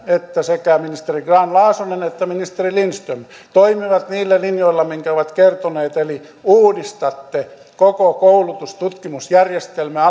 että sekä ministeri grahn laasonen että ministeri lindström toimivat niillä linjoilla mitkä ovat kertoneet eli uudistatte koko koulutus tutkimusjärjestelmää